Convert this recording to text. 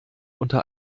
unter